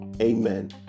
Amen